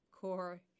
core